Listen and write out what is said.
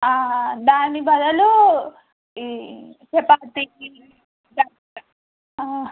దాని బదులు ఈ చపాతి